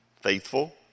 faithful